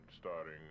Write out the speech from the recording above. starting